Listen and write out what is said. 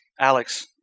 Alex